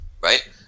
Right